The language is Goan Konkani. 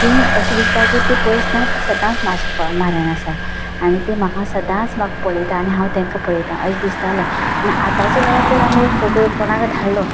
ती अशीं दिसता की तीं पयस नात ती सदांच म्हाज्या मऱ्यांत आसा आनी ती म्हाका सदांच म्हाका पळयतात आनी हांव तेंका पळेतां अशें दिसतालें आनी आताच्या काळांत जर आमी फोटो कोणाक धाडलो